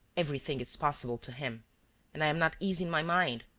everything is possible to him and i am not easy in my mind.